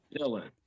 Dylan